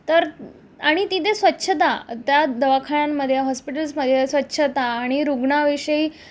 तर आणि तिथे स्वच्छता त्या दवाखान्यांमध्ये हॉस्पिटल्समध्ये स्वच्छता आणि रुग्णाविषयी